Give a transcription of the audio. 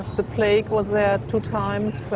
the plague was there two times.